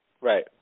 Right